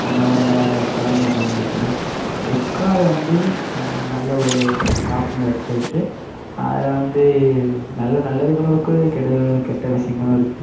அந்தமாதிரியான தளங்களை பயன்படுத்துறேன் ஃப்ளிப்கார்ட் வந்து நல்ல ஒரு ஷாப்பிங் வெப்சைட்டு அதில் வந்து நல்ல நல்லதுகளும் இருக்கு கெடுதல்களும் கெட்ட விஷயங்களும் இருக்கு